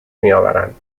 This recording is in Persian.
میآورند